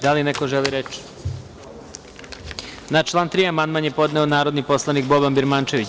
Da li neko želi reč? (Ne.) Na član 3. amandman je podneo narodni poslanik Boban Birmančević.